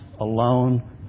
alone